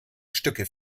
stücke